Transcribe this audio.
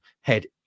head